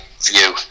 view